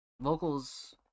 Vocals